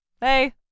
Hey